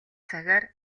цагаар